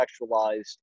contextualized